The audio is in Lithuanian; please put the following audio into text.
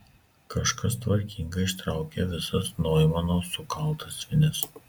kažkas tvarkingai ištraukė visas noimano sukaltas vinis